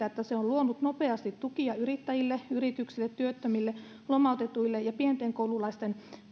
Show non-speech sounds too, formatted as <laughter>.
<unintelligible> että se on luonut nopeasti tukia yrittäjille yrityksille työttömille lomautetuille ja pienten koululaisten